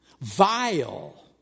vile